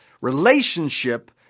Relationship